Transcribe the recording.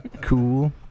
Cool